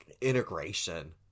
integration